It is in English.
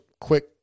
quick